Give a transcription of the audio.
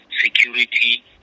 security